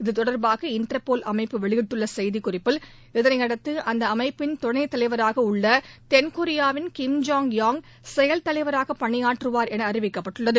இது தொடர்பாக இண்டர்போல் அமைப்பு வெளியிட்டுள்ள செய்திக்குறிப்பில் இதனயைடுத்து அந்த அமைப்பின் துணைத் தலைவராக உள்ள தென்கொரியாவின் கிம் ஜாங் யாங் செயல் தலைவராக பணியாற்றுவார் என அறிவிக்கப்பட்டுள்ளது